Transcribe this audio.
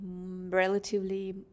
relatively